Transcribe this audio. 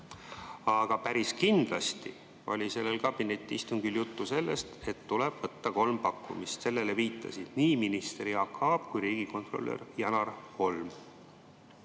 Aga päris kindlasti oli sellel kabinetiistungil juttu sellest, et tuleb võtta kolm pakkumist. Sellele viitasid nii minister Jaak Aab kui riigikontrolör Janar Holm.